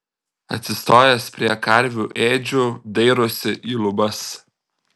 atsistojęs prie karvių ėdžių dairosi į lubas